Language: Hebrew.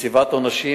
וקציבת עונשים,